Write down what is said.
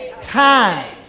times